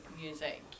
music